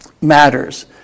matters